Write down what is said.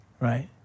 right